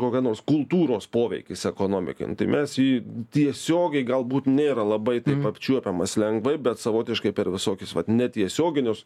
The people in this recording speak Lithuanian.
kokia nors kultūros poveikis ekonomikai tai mes jį tiesiogiai galbūt nėra labai apčiuopiamas lengvai bet savotiškai per visokius vat netiesioginius